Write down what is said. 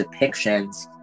depictions